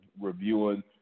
reviewing